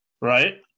Right